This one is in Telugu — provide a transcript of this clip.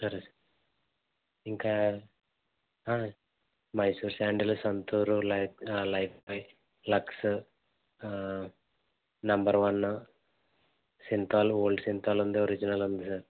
సరే సర్ ఇంకా Mysore sandal Santoor life Lifebuoy Lux number one Cinthol old Cinthol ఉంది ఒరిజినల్ ఉంది సార్